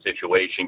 situation